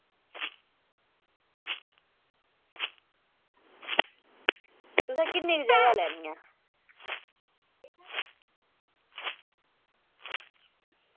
तुसें किन्ने दी जगह लैनी ऐ